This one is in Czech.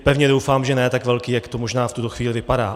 Pevně doufám, že ne tak velký, jak to možná v tuto chvíli vypadá.